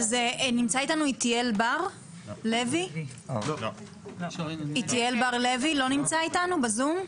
איתיאל בר לוי לא נמצא אתנו בזום?